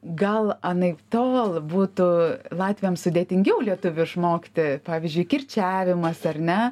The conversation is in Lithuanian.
gal anaiptol būtų latviams sudėtingiau lietuvių išmokti pavyzdžiui kirčiavimas ar ne